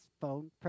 phone